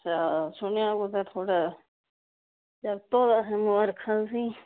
अच्छा सुनेआ कुतै थुआढ़ै जाकत होए दा ऐ मुबारखां तुसेंई